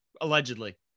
allegedly